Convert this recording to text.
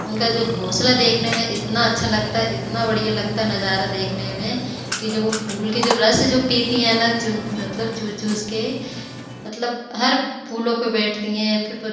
उनका जो घोंसला देखने में इतना अच्छा लगता है इतना बढ़िया लगता है नज़ारा देखने में कि जब वह फूल के जो रस जो पीती हैं न चुन मतलब चूस चूसकर मतलब हर फूलों पर बैठती हैं फ़िर